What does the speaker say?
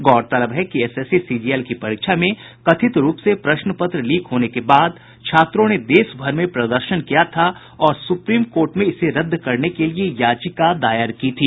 गौरतलब है कि एसएससी सीजीएल की परीक्षा में कथित रूप से प्रश्न पत्र लीक होने के बाद छात्रों ने देश भर में प्रदर्शन किया था और सुप्रीम कोर्ट में इसे रद्द करने के लिए याचिका दायर की थी